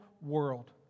world